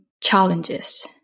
challenges